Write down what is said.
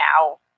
now